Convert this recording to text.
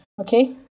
okay